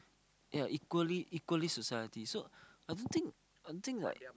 ya equally society so I don't think I don't think like